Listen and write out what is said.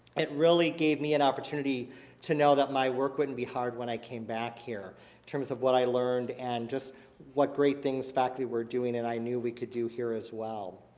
it really gave me an opportunity to know that my work wouldn't be hard when i came back here in terms of what i learned and just what great things faculty were doing. and i knew we could do here as well.